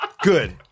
Good